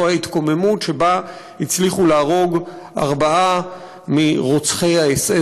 זו ההתקוממות שבה הצליחו להרוג ארבעה מרוצחי האס.